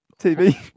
TV